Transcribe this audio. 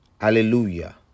hallelujah